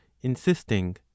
insisting